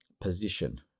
position